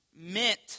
meant